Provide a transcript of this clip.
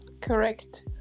Correct